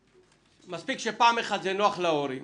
כי מספיק שפעם אחת זה נוח להורים